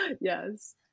Yes